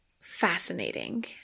Fascinating